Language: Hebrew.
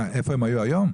איפה הם היו היום?